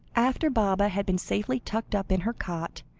after baba had been safely tucked up in her cot,